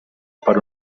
per